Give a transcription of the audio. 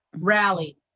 rally